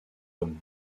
homme